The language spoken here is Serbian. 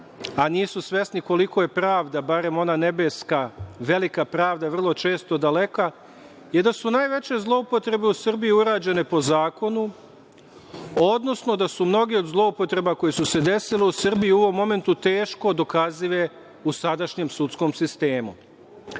a nisu svesni koliko je pravda, barem ona nebeska velika pravda vrlo često daleka, i da su najveće zloupotrebe u Srbiji urađene po zakonu, odnosno da su mnoge od zloupotreba koje su se desile u Srbiji u ovom momentu teško dokazive u sadašnjem sudskom sistemu. Iako